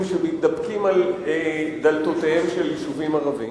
שמתדפקים על דלתותיהם של יישובים ערביים.